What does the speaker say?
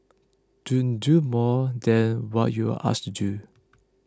don't do more than what you're asked to do